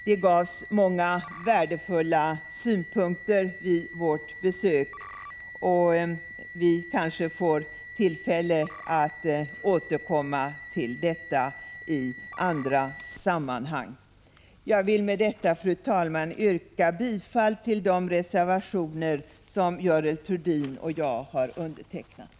Det gavs många värdefulla synpunkter vid vårt besök, och vi kanske får tillfälle att återkomma till detta i andra samman 17 hang. Fru talman! Jag vill med detta yrka bifall till de reservationer som Görel Thurdin och jag har undertecknat.